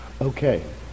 Okay